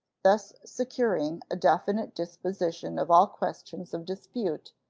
thus securing a definite disposition of all questions of dispute,